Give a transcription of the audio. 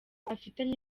bafitanye